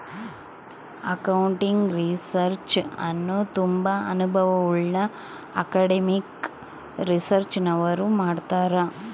accounting research ಅನ್ನು ತುಂಬಾ ಅನುಭವವುಳ್ಳ ಅಕಾಡೆಮಿಕ್ ರಿಸರ್ಚ್ನವರು ಮಾಡ್ತರ್